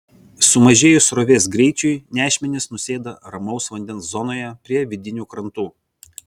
sumažėjus srovės greičiui nešmenys nusėda ramaus vandens zonoje prie vidinių krantų